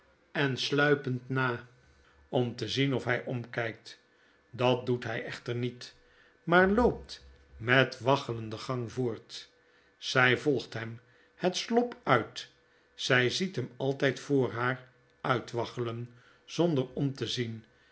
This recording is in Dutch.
en sluipend na om te zien of hij omkijkt dat doet hij echter niet maar loopt met waggelenden gang voort zy volgt hem het slop uit zij ziet hem altijd voor haar uit waggelen zonder om te zien